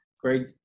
Great